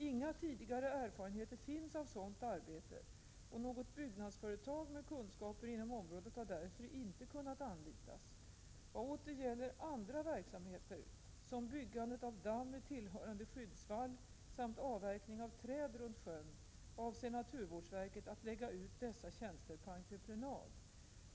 Inga tidigare erfarenheter finns av sådant arbete och något byggnadsföretag med kunskaper inom området har därför inte kunnat anlitas. Vad åter gäller andra verksamheter såsom byggandet av damm med tillhörande skyddsvall samt avverkning av träd runt sjön avser naturvårdsverket att lägga ut dessa tjänster på entreprenad.